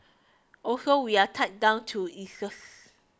also we are tied down to